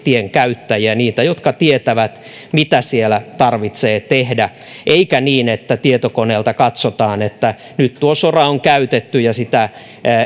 tienkäyttäjiä niitä jotka tietävät mitä siellä tarvitsee tehdä eikä niin että tietokoneelta katsotaan että nyt tuo sora on käytetty ja sitä